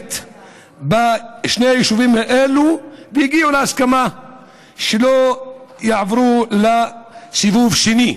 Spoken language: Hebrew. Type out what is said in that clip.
שקט בשני היישובים האלה והגיעו להסכמה שלא יעברו לסיבוב שני,